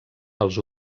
els